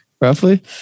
roughly